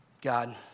God